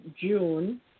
June